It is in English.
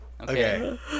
Okay